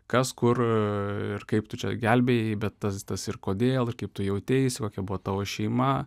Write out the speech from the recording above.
kas kur ir kaip tu čia gelbėjai bet tas tas ir kodėl ir kaip tu jauteisikokia buvo tavo šeima